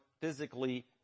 physically